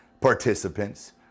participants